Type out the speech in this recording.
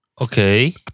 Okay